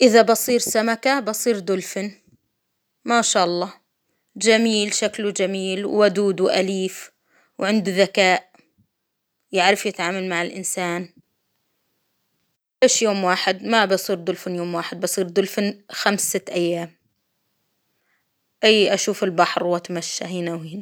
إذا بصير سمكة بصيردولفين ما شا الله، جميل شكله جميل ودود وأليف، وعنده ذكاء، يعرف يتعامل مع الإنسان، بس يوم واحد ما بصير دولفين يوم واحد بصير دولفين خمس ست أيام، إي أشوف البحر وأتمشى هنا وهنا.